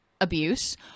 abuse